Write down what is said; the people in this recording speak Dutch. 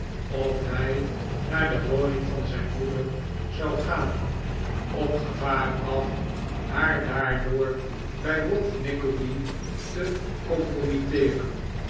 of hij naar de woning van zijn moeder zou gaan op gevaar af haar daardoor bij ralph nickleby te